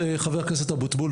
חבר הכנסת אבוטבול,